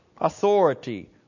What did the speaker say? Authority